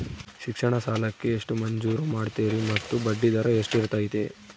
ಶಿಕ್ಷಣ ಸಾಲಕ್ಕೆ ಎಷ್ಟು ಮಂಜೂರು ಮಾಡ್ತೇರಿ ಮತ್ತು ಬಡ್ಡಿದರ ಎಷ್ಟಿರ್ತೈತೆ?